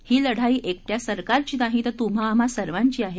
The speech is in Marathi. ही लढाई एकट्या सरकारची नाही तर तुम्हा आम्हा सर्वांची आहे